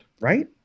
Right